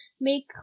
make